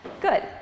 Good